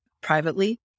privately